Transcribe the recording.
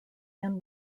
win